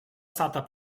stata